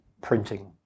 printing